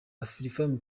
afrifame